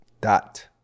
dot